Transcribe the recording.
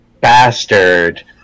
bastard